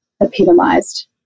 epitomized